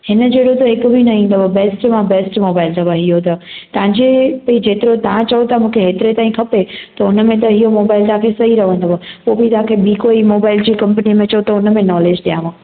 इन जहिड़ो त हिकु बि न ईंदव बैस्ट मां बैस्ट मोबाइल अथव हियो त तव्हांजे भाई जेतिरो तव्हां चओ था मूंखे एतिरे ताईं खपे त हुनमें त हियो मोबाइल तव्हांखे सही पवंदव पोइ बि तव्हांखे बि कोई मोबाइल जी कपंनी में चओ त हुनमें नॉलेज ॾेयांव